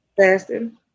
fasting